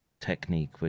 technique